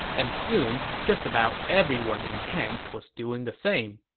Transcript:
and soon, just about everyone in camp was doing the same.